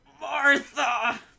Martha